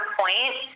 point